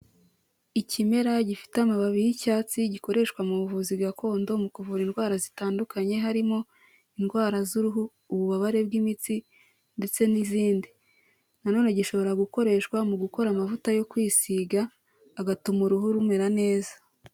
Ikimera gifite amababi y'icyatsi gikoreshwa mu buvuzi gakondo mu kuvura indwara zitandukanye, harimo indwara z'uruhu, ububabare bw'imitsi ndetse n'izindi. Na none gishobora gukoreshwa mu gukora amavuta yo kwisiga agatuma uruhu rumera neza.